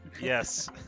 Yes